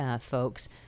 folks